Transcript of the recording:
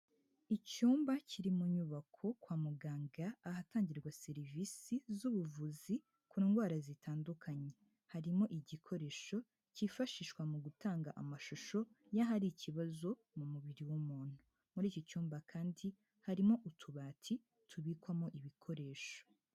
Icyumba kiri mu nyubako kwa muganga ahatangirwa serivisi z'ubuvuzi ku ndwara zitandukanye, harimo igikoresho cyifashishwa mu gutanga amashusho y'ahari ikibazo mu mubiri w'umuntu, muri iki cyumba kandi, harimo utubati tubikwamo ibikoresho.